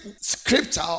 scripture